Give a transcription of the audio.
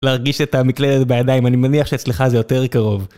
להרגיש את המקלדת בידיים, אני מניח שאצלך זה יותר קרוב.